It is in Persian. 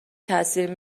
تاثیر